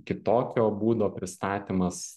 kitokio būdo pristatymas